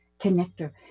connector